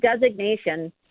designation